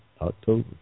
October